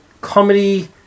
comedy